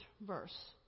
verse